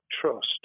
trust